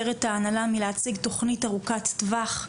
את ההנהלה מלהציג תכנית ארוכת טווח,